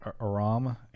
Aram